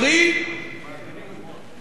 מהרווחים של אותן חברות.